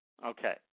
Okay